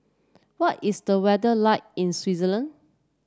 what is the weather like in Swaziland